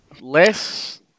less